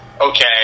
okay